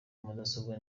mudasobwa